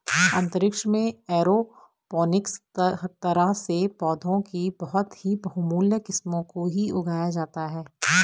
अंतरिक्ष में एरोपोनिक्स तरह से पौधों की बहुत ही बहुमूल्य किस्मों को ही उगाया जाता है